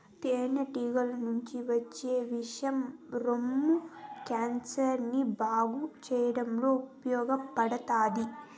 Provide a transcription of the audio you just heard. తేనె టీగల నుంచి వచ్చే విషం రొమ్ము క్యాన్సర్ ని బాగు చేయడంలో ఉపయోగపడతాది